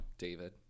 David